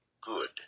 good